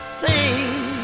sing